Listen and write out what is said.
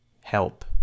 help